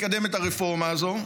לקדם את הרפורמה הזו,